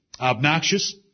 obnoxious